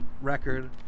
record